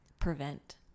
prevent